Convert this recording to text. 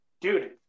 dude